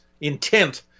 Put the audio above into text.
intent